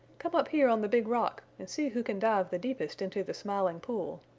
come up here on the big rock and see who can dive the deepest into the smiling pool.